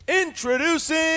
Introducing